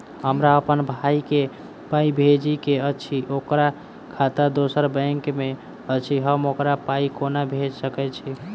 हमरा अप्पन भाई कऽ पाई भेजि कऽ अछि, ओकर खाता दोसर बैंक मे अछि, हम ओकरा पाई कोना भेजि सकय छी?